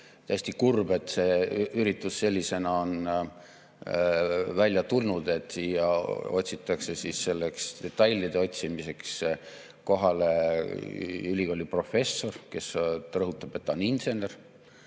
Tõesti kurb, et see üritus sellisena on välja tulnud. Kutsutakse detailide otsimiseks kohale ülikooli professor, kes rõhutab, et ta on insener.